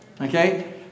Okay